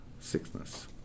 sickness